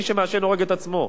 מי שמעשן הורג את עצמו.